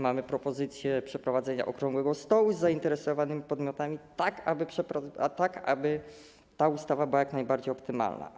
Mamy też propozycję przeprowadzenia okrągłego stołu z zainteresowanymi podmiotami, tak aby ta ustawa była jak najbardziej optymalna.